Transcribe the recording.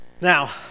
now